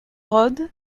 rhode